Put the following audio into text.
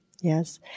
yes